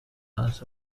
has